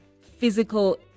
physical